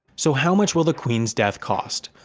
so how much will the queen's death cost?